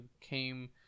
came